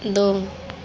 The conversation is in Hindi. दो